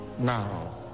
now